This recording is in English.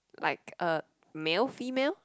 like uh male female